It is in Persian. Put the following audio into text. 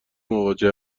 مواجه